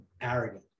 arrogant